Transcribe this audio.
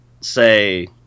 say